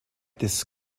this